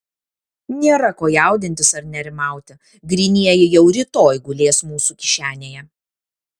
nėra ko jaudintis ar nerimauti grynieji jau rytoj gulės mūsų kišenėje